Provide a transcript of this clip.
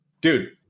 Dude